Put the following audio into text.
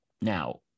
Now